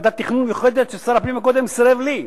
ועדת תכנון מיוחדת ששר הפנים הקודם סירב לי בזה,